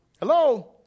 hello